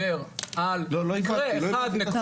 ובכל כיתה תמונה של הר הבית והילדים יתרגלו להיחשף